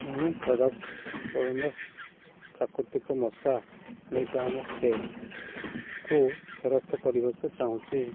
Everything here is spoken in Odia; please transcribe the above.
ମୁଁ ପ୍ରଡ଼କ୍ଟ୍ ଓଡ଼ୋମସ୍ ପ୍ରାକୃତିକ ମଶା ନିବାରକ ସ୍ପ୍ରେକୁ ଫେରସ୍ତ କରିବାକୁ ଚାହୁଁଛି